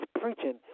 preaching